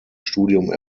studium